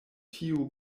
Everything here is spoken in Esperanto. tio